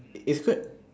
it's a